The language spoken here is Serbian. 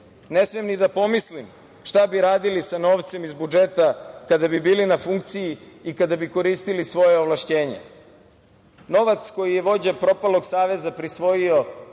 Ne smem ni da pomislim šta bi radili sa novcem iz budžeta kada bi bili na funkciji i kada bi koristili svoja ovlašćenja. Novac koji je vođa propalog saveza prisvojio